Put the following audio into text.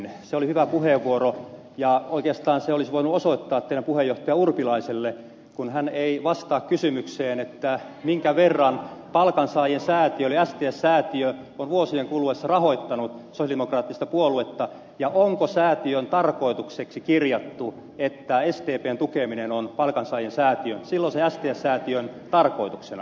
se oli hyvä puheenvuoro ja oikeastaan sen olisi voinut osoittaa teidän puheenjohtajallenne urpilaiselle kun hän ei vastaa kysymykseen minkä verran palkansaajasäätiö eli sts säätiö on vuosien kuluessa rahoittanut sosialidemokraattista puoluetta ja onko säätiön tarkoitukseksi kirjattu että sdpn tukeminen on palkansaajasäätiön silloisen sts säätiön tarkoituksena